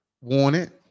wanted